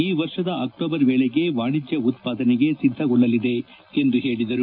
ಈ ವರ್ಷದ ಅಕ್ಲೋಬರ್ ವೇಳೆಗೆ ವಾಣಿಜ್ಯ ಉತ್ಪಾದನೆಗೆ ಸಿದ್ದಗೊಳ್ಳಲಿದೆ ಎಂದು ಹೇಳಿದರು